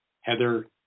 Heather